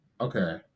okay